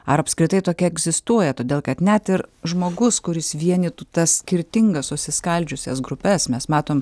ar apskritai tokia egzistuoja todėl kad net ir žmogus kuris vienytų tas skirtingas susiskaldžiusias grupes mes matom